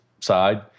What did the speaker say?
side